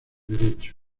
derecho